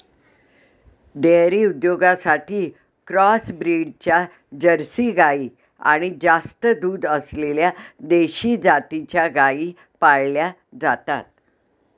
dairy उद्योगासाठी cross ब्रीडच्या Jersey गाई आणि जास्त दूध असलेल्या देशी जातीच्या गायी पाळल्या जातात